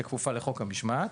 שכפופה לחוק המשמעת,